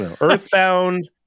Earthbound